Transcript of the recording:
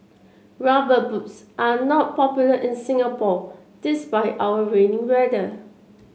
rubber boots are not popular in Singapore despite our rainy weather